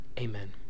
amen